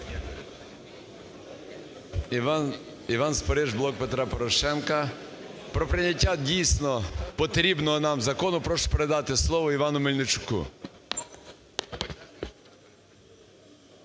Іван Спориш, "Блок Петра Порошенка". Про прийняття, дійсно, потрібного нам закону прошу передати слово Івану Мельничуку.